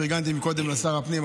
פרגנתי קודם לשר הפנים,